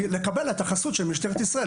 כדי לקבל את החסות של משטרת ישראל.